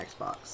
Xbox